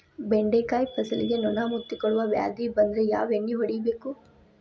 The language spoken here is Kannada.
ಬೆಂಡೆಕಾಯ ಫಸಲಿಗೆ ನೊಣ ಮುತ್ತಿಕೊಳ್ಳುವ ವ್ಯಾಧಿ ಬಂದ್ರ ಯಾವ ಎಣ್ಣಿ ಹೊಡಿಯಬೇಕು?